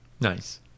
Nice